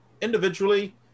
Individually